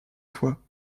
toi